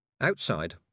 Outside